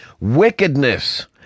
Wickedness